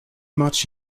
much